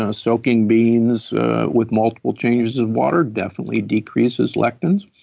ah soaking beans with multiple changes of water definitely decreases lectins.